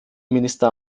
minister